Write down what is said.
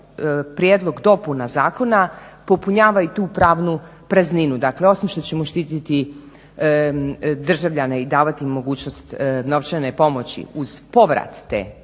prijedlog dopuna zakona popunjava i tu pravnu prazninu. Dakle, osim što ćemo štititi državljane i davati im mogućnost novčane pomoći uz povrat te novčane